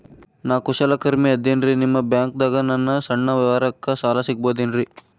ನಾ ಕುಶಲಕರ್ಮಿ ಇದ್ದೇನ್ರಿ ನಿಮ್ಮ ಬ್ಯಾಂಕ್ ದಾಗ ನನ್ನ ಸಣ್ಣ ವ್ಯವಹಾರಕ್ಕ ಸಾಲ ಸಿಗಬಹುದೇನ್ರಿ?